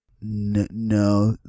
no